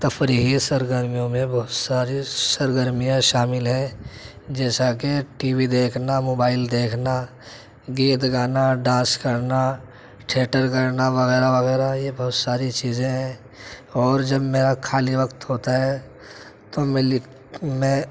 تفریحی سرگرمیوں میں بہت ساری سرگرمیاں شامل ہیں جیسا کہ ٹی وی دیکھنا موبائل دیکھنا گیت گانا ڈانس کرنا تھیئٹر کرنا وغیرہ وغیرہ یہ بہت ساری چیزیں ہیں اور جب میرا خالی وقت ہوتا ہے تو میں لکھ میں